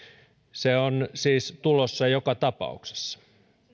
se on siis tulossa joka tapauksessa